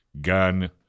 gun